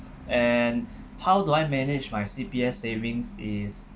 and how do I manage my C_P_F savings is